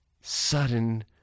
sudden